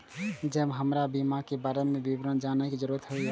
जब हमरा बीमा के बारे में विवरण जाने के जरूरत हुए?